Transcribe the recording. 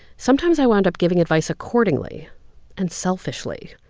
sometimes i wound up giving advice accordingly and selfishly.